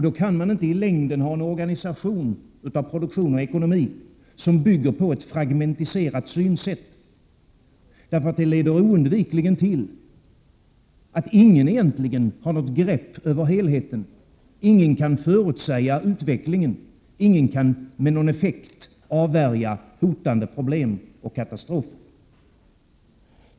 Då kan man inte i längden ha en organisation av produktion och ekonomi som bygger på ett fragmentiserat synsätt, för det leder oundvikligen till att ingen egentligen har något grepp över helheten, ingen kan förutsäga utvecklingen, ingen kan med någon effekt avvärja hotande problem och katastrofer.